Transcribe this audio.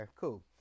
cool